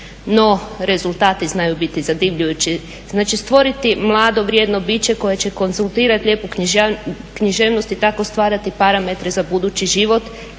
No, rezultati znaju biti zadivljujući. Znači, stvoriti mlado, vrijedno biće koje će konzultirati lijepu književnost i tako stvarati parametre za budući život,